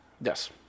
yes